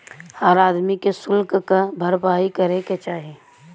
हर आदमी के सुल्क क भरपाई करे के चाही